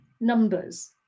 numbers